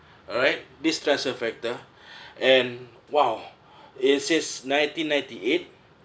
alright this transfer factor and !wow! it since nineteen ninety eight